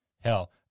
Hell